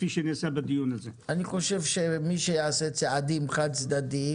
אנחנו לא נהיה לצד מי שיעשה צעדים חד צדדיים.